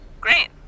Great